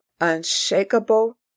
unshakable